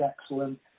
excellent